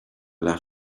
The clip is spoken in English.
lot